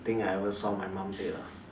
thing I ever saw my mom did ah